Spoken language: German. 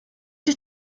ich